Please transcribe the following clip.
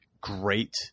great